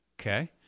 Okay